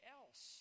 else